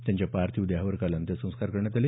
त्यांच्या पार्थिव देहावर काल अंत्यसंस्कार करण्यात आले